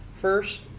First